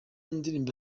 ndirimbo